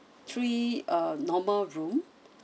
three uh normal room